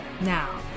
Now